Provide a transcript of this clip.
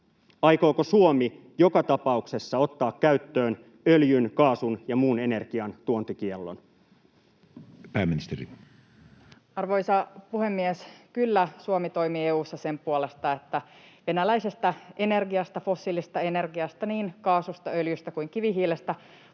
Aikooko Suomi joka tapauksessa ottaa käyttöön öljyn, kaasun ja muun energian tuontikiellon? Pääministeri. Arvoisa puhemies! Kyllä, Suomi toimii EU:ssa sen puolesta, että venäläisestä energiasta, fossiilisesta energiasta, niin kaasusta, öljystä kuin kivihiilestä,